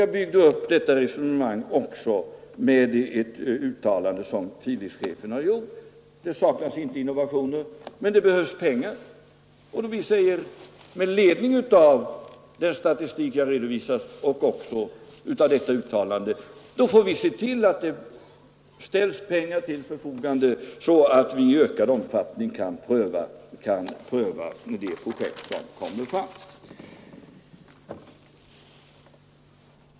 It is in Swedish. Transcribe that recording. Jag byggde ut det resonemanget med att återge Philipschefens uttalande ”det saknas inte innovationer men det behövs pengar”. Med ledning av den statistik jag redovisat, de undersökningar som vi gjort liksom med iakttagande av uttalanden av det slag jag åberopat får vi se till att pengar ställs till förfogande, så att vi i ökad omfattning kan pröva de projekt som kommer fram.